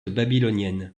babylonienne